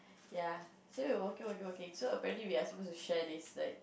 ya so we walking walking walking so apparently we are supposed to share this like